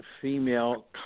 female